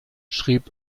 schrieb